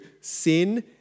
sin